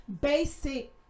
basic